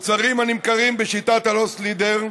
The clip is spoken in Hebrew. מוצרים הנמכרים בשיטת ה"לוס לידר"